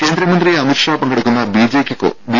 കേന്ദ്രമന്ത്രി അമിത് ഷാ പങ്കെടുക്കുന്ന ബി